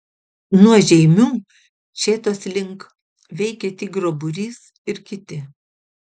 nuo žeimių šėtos link veikė tigro būrys ir kiti